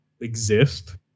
exist